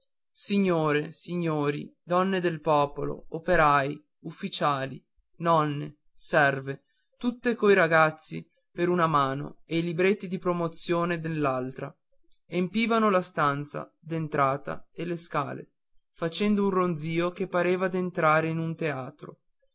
signore signori donne del popolo operai ufficiali nonne serve tutti coi ragazzi per una mano e i libretti di promozione nell'altra empivan la stanza d'entrata e le scale facendo un ronzio che pareva d'entrare in un teatro